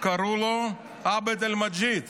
קראו לו עבד אלמג'יד,